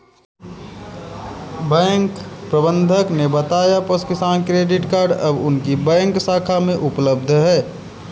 bank प्रबंधक ने बताया पशु किसान क्रेडिट कार्ड अब उनकी बैंक शाखा में उपलब्ध है